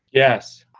yes.